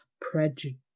prejudice